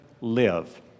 live